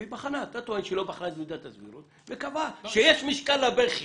היא בחרה את מידת הסבירות וקבעה שיש משקל לבכי.